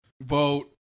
Vote